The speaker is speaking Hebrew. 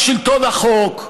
על שלטון החוק,